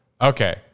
Okay